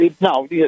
no